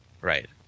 right